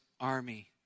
army